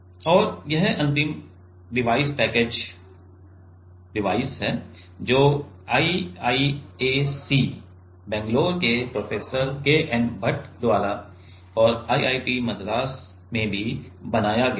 और यह अंतिम डिवाइस पैकेज डिवाइस है जो आईआईएससी बैंगलोर में प्रोफेसर के एन भट द्वारा और आईआईटी मद्रास में भी बनाया गया है